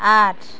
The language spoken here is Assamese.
আঠ